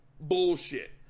bullshit